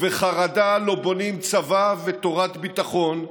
ובחרדה לא בונים צבא ותורת ביטחון,